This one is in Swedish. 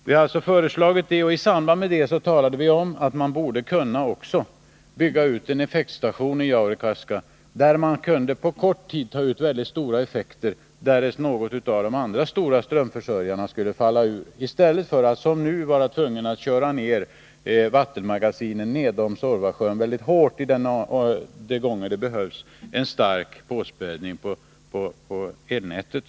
Vi har alltså föreslagit detta, och i samband därmed talade vi om att man också borde kunna bygga ut en effektstation i Jaurekaska, där man på kort tid kunde ta ut mycket stora effekter därest någon av de andra stora strömförsörjarna skulle falla ur. Man skulle kunna göra detta i stället för att som nu vara tvungen att släppa ner vattenmagasinen nedom Suorvasjön väldigt hårt de gånger det behövs en stark påspädning i elnätet.